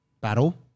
battle